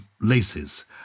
laces